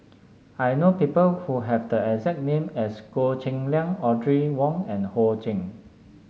I know people who have the exact name as Goh Cheng Liang Audrey Wong and Ho Ching